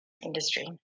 industry